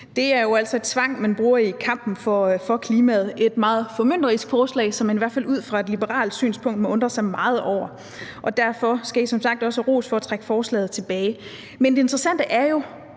Det er jo altså tvang, man bruger i kampen for klimaet – et meget formynderisk forslag, som man i hvert fald ud fra et liberalt synspunkt må undre sig meget over. Derfor skal I som sagt også have ros for at trække forslaget tilbage. Men det interessante er jo,